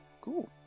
cool